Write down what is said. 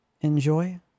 Enjoy